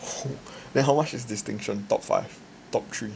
then how much is distinction top five top three